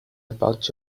about